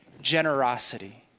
generosity